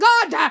God